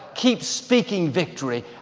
keep speaking victory,